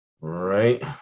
right